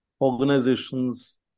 organizations